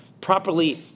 properly